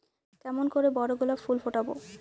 কেমন করে বড় গোলাপ ফুল ফোটাব?